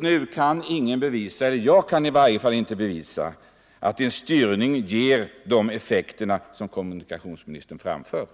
nu. I dag kan ingen bevisa — jag kan det i varje fall inte — att en styrning ger de effekter som kommunikationsministern påstår.